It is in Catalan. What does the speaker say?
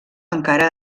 encara